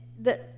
that